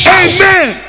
amen